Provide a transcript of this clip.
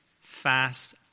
fast